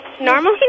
normally